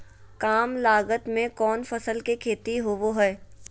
काम लागत में कौन फसल के खेती होबो हाय?